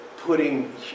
putting